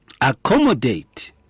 accommodate